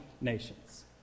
nations